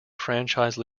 franchise